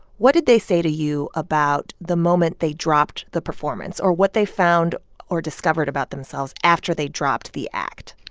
what did they say to you about the moment they dropped the performance or what they found or discovered about themselves after they dropped the act?